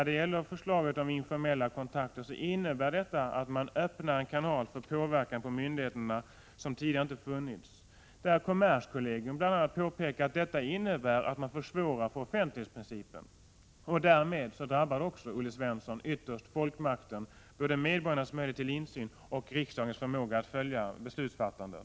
De informella kontakter som föreslås öppnar en kanal för påverkan på myndigheterna som tidigare inte funnits, och kommerskollegium påpekar bl.a. att det innebär att man försvårar offentlighetsprincipen. Det drabbar, Olle Svensson, ytterst folkmakten — både medborgarnas möjlighet till insyn och riksdagens förmåga att följa beslutsfattandet.